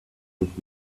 und